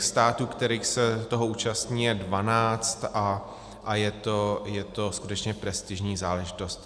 Států, které se toho zúčastní, je dvanáct a je to skutečně prestižní záležitost.